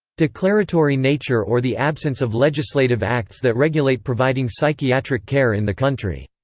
declaratory nature or the absence of legislative acts that regulate providing psychiatric care in the country.